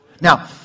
Now